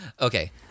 Okay